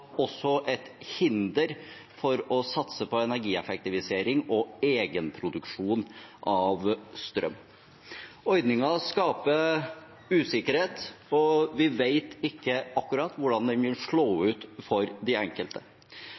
også et hinder for å satse på energieffektivisering og egenproduksjon av strøm. Ordningen skaper usikkerhet, og vi vet ikke akkurat hvordan den vil slå ut for de enkelte.